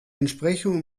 entsprechung